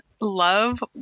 love